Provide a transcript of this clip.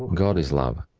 god is love.